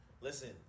Listen